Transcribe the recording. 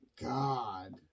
God